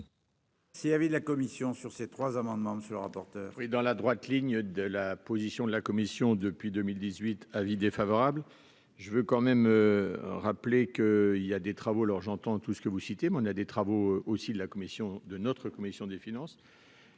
Si l'avis de la commission sur ces trois amendements, monsieur le rapporteur. Et dans la droite ligne de la position de la Commission depuis 2018 avis défavorable, je veux quand même rappeler que, il y a des travaux leur j'entends tout ce que vous citez, mais on a des travaux aussi de la commission de notre